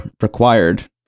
required